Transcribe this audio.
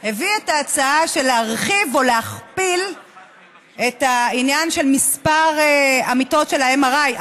הביא את ההצעה להרחיב או להכפיל את מספר המיטות של ה-MRI,